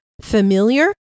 familiar